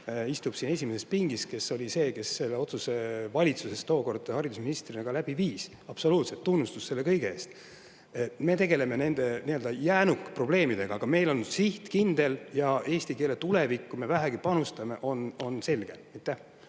istub Tõnis Lukas, kes oli see, kes selle otsuse valitsuses tookord haridusministrina läbi viis. Absoluutselt, tunnustus selle kõige eest! Me tegeleme nii-öelda jäänukprobleemidega, aga meil on siht kindel ja eesti keele tulevikku me nii palju, kui vähegi